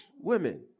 women